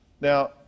Now